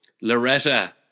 Loretta